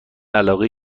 علاقه